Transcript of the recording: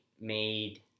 made